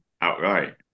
outright